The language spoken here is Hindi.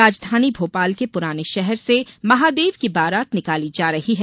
राजधानी भोपाल के पुराने शहर से महादेव की बारात निकाली जा रही है